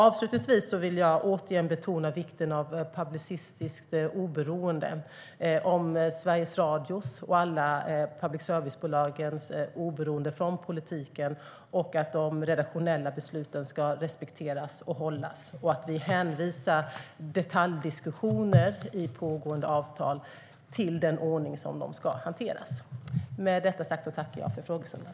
Avslutningsvis vill jag återigen betona vikten av publicistiskt oberoende - att Sveriges Radio och alla public service-bolagen är oberoende av politiken, att de redaktionella besluten respekteras och hålls och att vi hänvisar detaljdiskussioner i pågående avtal till den ordning där de ska hanteras. Med detta sagt tackar jag för debatten.